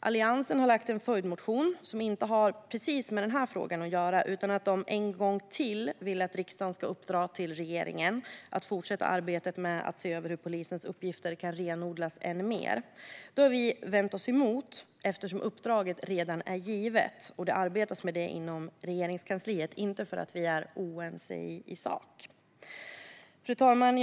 Alliansen har lagt fram en följdmotion som inte har precis med den här frågan att göra, utan de vill att riksdagen en gång till ska uppdra åt regeringen att fortsätta arbetet med att se över hur polisens uppgifter kan renodlas än mer. Det har vi vänt oss emot eftersom uppdraget redan är givet och det arbetas med det inom Regeringskansliet, inte för att vi är oense i sak. Fru talman!